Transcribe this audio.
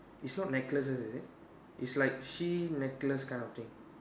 its not necklace is it is like she necklace kind of thing